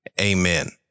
Amen